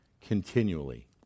continually